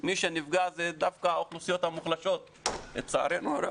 מי שנפגע זה דווקא האוכלוסיות המוחלשות לצערנו הרב.